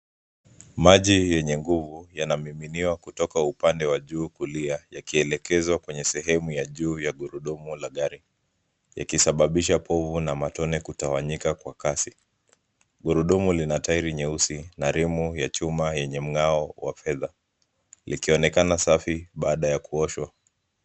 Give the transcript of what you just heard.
Maji yenye nguvu yanamiminiwa kutoka upande wa juu kulia yakielekezwa kwenye sehemu ya juu ya gurudumu la gari yakisababaisha povu na matone kutawanyika kwa kasi. Gurudumu lina tairi nyeusi na rim ya chuma yenye mng'ao wa fedha likionekana safi baada ya ku.